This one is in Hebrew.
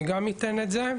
אני גם אתן את זה.